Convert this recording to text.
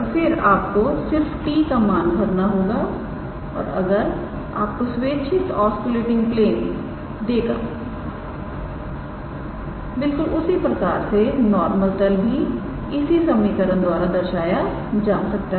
और फिर आपको सिर्फ t का मान भरना होगा और यह आपको स्वेच्छित ऑस्कुलेटिंग प्लेन देगा बिल्कुल उसी प्रकार से नॉर्मल तल भी इस समीकरण द्वारा दर्शाया जा सकता है